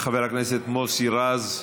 חבר הכנסת מוסי רז,